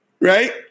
Right